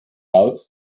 out